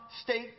state